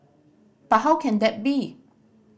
but how can that be